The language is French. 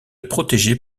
protégée